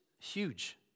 huge